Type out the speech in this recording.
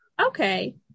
Okay